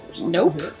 Nope